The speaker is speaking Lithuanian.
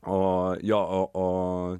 o jo o o